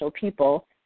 people